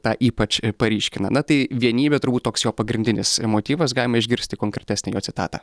tą ypač paryškina na tai vienybė turbūt toks jo pagrindinis motyvas galima išgirsti konkretesnę jo citatą